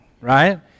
right